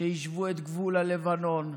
שיישבו את גבול הלבנון,